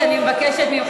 בבקשה.